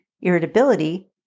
irritability